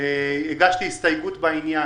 הגשתי הסתייגות בעניין,